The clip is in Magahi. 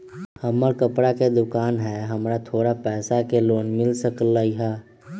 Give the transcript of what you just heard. हमर कपड़ा के दुकान है हमरा थोड़ा पैसा के लोन मिल सकलई ह?